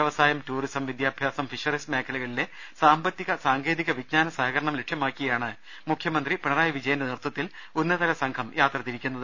വൃവസായം tourism വിദ്യാഭ്യാസം fisheries മേഖലക ളിലെ സാമ്പത്തിക സാങ്കേതിക വിജ്ഞാന സഹകരണം ലക്ഷ്യമാക്കിയാണ് മുഖ്യമന്ത്രി പിണറായി വിജയന്റെ നേതൃത്വത്തിൽ ഉന്നതതല സംഘം യാത്ര തിരിക്കുന്നത്